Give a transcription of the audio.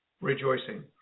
rejoicing